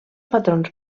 patrons